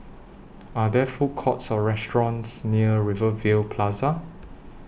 Are There Food Courts Or restaurants near Rivervale Plaza